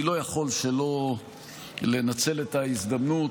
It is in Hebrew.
אני לא יכול שלא לנצל את ההזדמנות